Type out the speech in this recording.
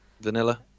Vanilla